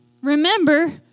Remember